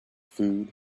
food